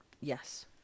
yes